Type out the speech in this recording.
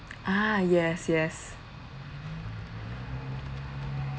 ah yes yes